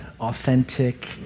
authentic